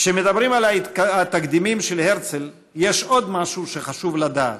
כשמדברים על התקדימים של הרצל יש עוד משהו שחשוב לדעת: